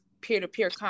peer-to-peer